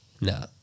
No